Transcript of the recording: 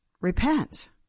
repent